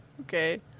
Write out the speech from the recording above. okay